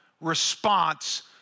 response